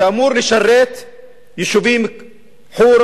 שאמור לשרת את היישובים חורה,